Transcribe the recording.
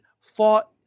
fought